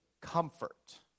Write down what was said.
comfort